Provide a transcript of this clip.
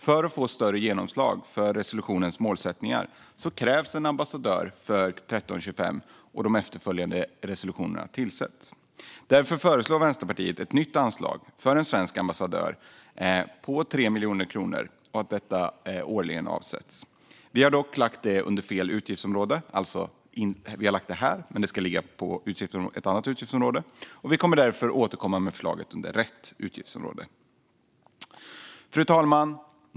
För att få större genomslag för resolutionens målsättningar krävs att en ambassadör för resolution 1325 och de efterföljande resolutionerna tillsätts. Därför föreslår Vänsterpartiet ett nytt anslag för en svensk ambassadör för FN-resolution 1325 om 3 miljoner kronor, och vi vill att denna summa avsätts årligen. Vi har dock lagt det under fel utgiftsområde - vi har alltså lagt det under det utgiftsområde som vi nu debatterar, men det ska ligga under ett annat utgiftsområde - och vi kommer därför att återkomma med förslaget under rätt utgiftsområde. Fru talman!